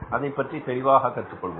அதைப்பற்றி தெளிவாக கற்றுக்கொள்வோம்